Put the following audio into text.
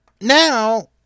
now